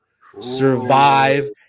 Survive